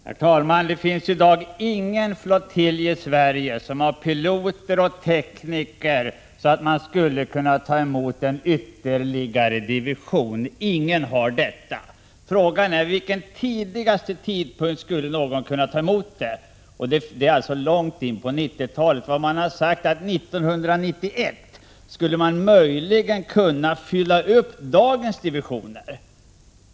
Herr talman! Det finns i dag ingen flottilj i Sverige som har piloter och tekniker så att det räcker för att ta emot ytterligare en division. Frågan är vid vilken tidigaste tidpunkt någon flottilj skulle kunna göra det. Det har sagts att man 1991 möjligen skulle kunna fylla upp dagens divisioner.